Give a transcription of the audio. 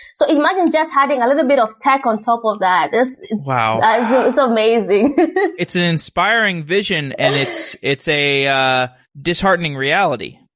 so imagine just having a little bit of tech on top of that. it's it's so amazing it's an inspiring vision and it's it's a a disheartening reality.